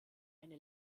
eine